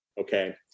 Okay